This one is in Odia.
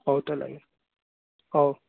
ହଉ ତା'ହେଲେ ଆଜ୍ଞା ହୋଉ